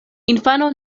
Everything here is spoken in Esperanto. infano